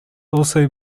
also